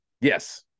Yes